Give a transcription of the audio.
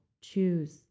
Choose